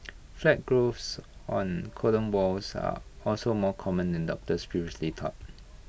flat growths on colon walls are also more common than doctors previously thought